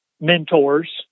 mentors